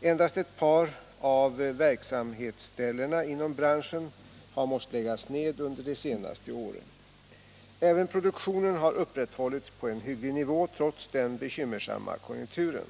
Endast ett par av verksamhetsställena inom branschen har måst läggas ned under de senaste åren. Även produktionen har upprätthållits på en hygglig nivå trots den bekymmersamma konjunkturen.